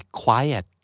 quiet